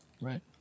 Right